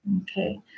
Okay